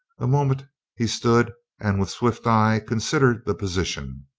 a mo ment he stood and with swift eye considered the position.